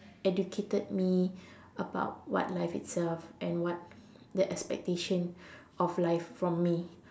educated me about what life itself and what the expectation of life from me